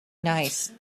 nice